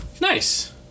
Nice